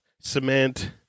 cement